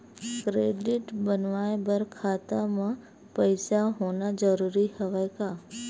Credit बनवाय बर खाता म पईसा होना जरूरी हवय का?